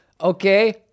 Okay